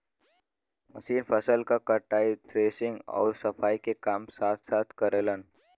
machine फसल क कटाई, थ्रेशिंग आउर सफाई के काम साथ साथ करलन